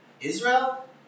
Israel